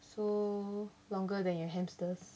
so longer than your hamsters